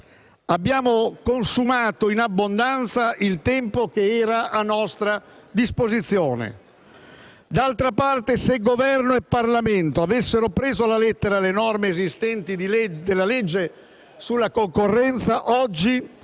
Abbiamo consumato in abbondanza il tempo a nostra disposizione. D'altra parte, se Governo e Parlamento avessero preso alla lettera le norme esistenti della legge sulla concorrenza, oggi avremmo